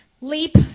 leap